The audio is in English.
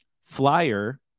flyer